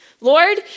Lord